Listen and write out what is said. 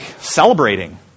celebrating